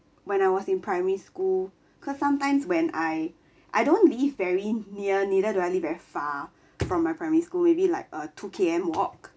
when I was in primary school cause sometimes when I I don't live very near neither do I live very far from my primary school maybe like a two K_M walk